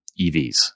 EVs